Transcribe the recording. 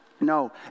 No